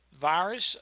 virus